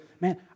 man